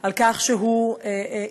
על כך שהוא התגייס